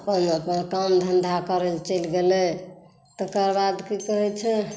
अपन अपन काम धंधा करै लेल चैल गेलै तकरबाद की कहै छै